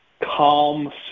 calm